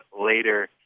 later